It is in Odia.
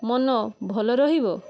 ମନ ଭଲ ରହିବ